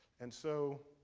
and so,